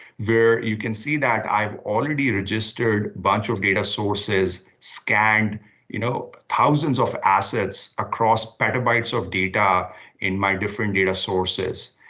where you can see that i've already registered bunch of data sources, scanned you know thousands of assets across petabytes of data in my different data sources.